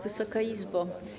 Wysoka Izbo!